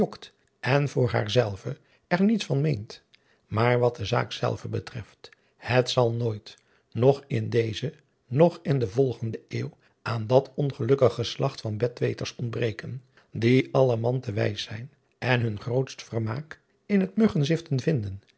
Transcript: en voor haar zelve er niets van meent maar wat de zaak zelve betreft het zal nooit noch in deze noch in de volgende eeuw aan dat ongelukkig geslacht van betweters ontbreken die allen man te wijs zijn en hun grootst vermaak in het muggeziften vinden